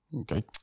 Okay